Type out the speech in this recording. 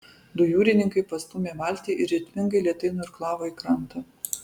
du jūrininkai pastūmė valtį ir ritmingai lėtai nuirklavo į krantą